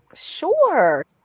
Sure